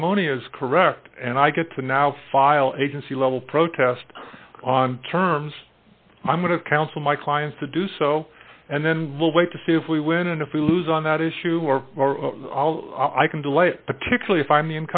harmonious correct and i get to now file agency level protest on terms i'm going to counsel my clients to do so and then we'll wait to see if we win and if we lose on that issue or i can delay it particularly if i'm the